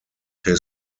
his